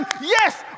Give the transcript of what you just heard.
yes